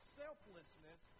selflessness